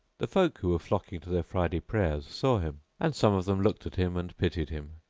the folk who were flocking to their friday prayers saw him and some of them looked at him and pitied him,